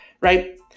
right